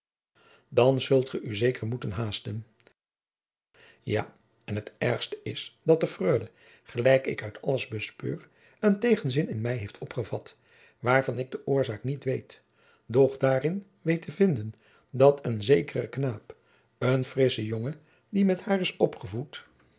dan zult ge u zeker moeten haasten ja en het ergste is dat de freule gelijk ik uit alles bespeur een tegenzin in mij heeft opgevat waarvan ik de oorzaak niet weet doch daarin weet te vinden dat een zekere knaap een frissche jongen die met haar is opgevoed